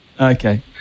Okay